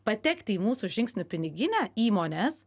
patekti į mūsų žingsnių piniginę įmonės